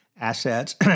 assets